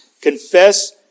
Confess